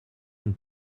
une